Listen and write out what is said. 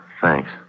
Thanks